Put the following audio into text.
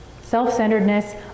Self-centeredness